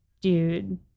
dude